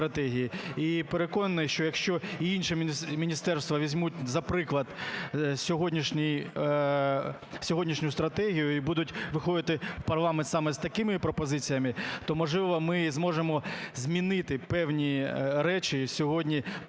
І переконаний, що якщо і інші міністерства візьмуть за приклад сьогоднішню стратегію і будуть виходити в парламент саме з такими пропозиціями, то, можливо, ми зможемо змінити певні речі сьогодні